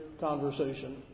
conversation